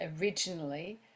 originally